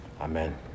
Amen